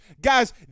Guys